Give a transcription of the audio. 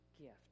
gift